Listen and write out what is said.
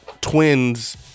Twins